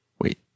Wait